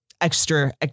extra